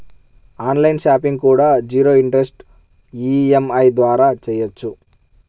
on line shopping కూడా zero interest EMI ద్వారా చెయ్యొచ్చు